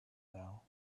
now